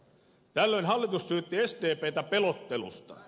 tällöin hallitus syytti sdptä pelottelusta